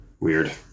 Weird